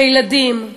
בילדים,